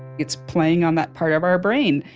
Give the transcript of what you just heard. it's playing on that part of our brain.